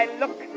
look